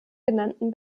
genannten